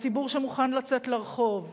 הציבור שמוכן לצאת לרחוב,